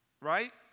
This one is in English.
right